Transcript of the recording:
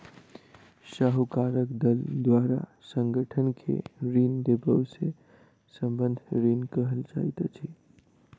साहूकारक दल द्वारा संगठन के ऋण देबअ के संबंद्ध ऋण कहल जाइत अछि